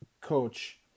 Coach